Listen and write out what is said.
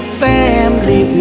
family